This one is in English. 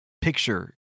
picture